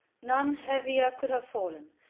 none heavier could have fallen.